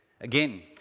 Again